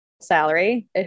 salary